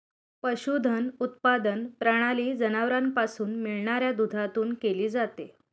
पशुधन उत्पादन प्रणाली जनावरांपासून मिळणाऱ्या दुधातून केली जाते